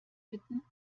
bitten